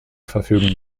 verfügung